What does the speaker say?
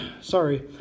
Sorry